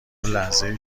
لحظه